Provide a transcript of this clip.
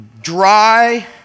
dry